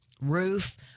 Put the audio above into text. roof